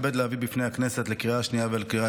אני מתכבד להביא בפני הכנסת לקריאה השנייה ולקריאה